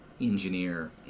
engineer